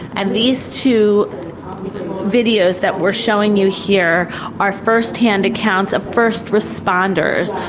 and these two videos that we're showing you here are first-hand accounts of first responders,